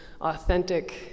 authentic